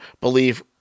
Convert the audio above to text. believe